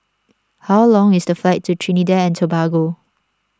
how long is the flight to Trinidad and Tobago